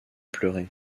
pleurez